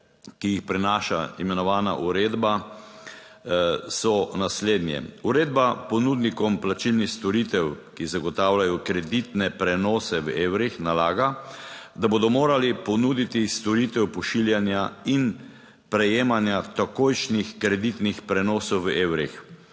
ki jih prinaša imenovana uredba so naslednje: Uredba ponudnikom plačilnih storitev, ki zagotavljajo kreditne prenose v evrih nalaga, da bodo morali ponuditi storitev pošiljanja in prejemanja takojšnjih kreditnih prenosov v evrih.